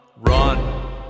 run